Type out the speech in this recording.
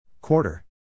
Quarter